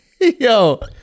Yo